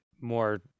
more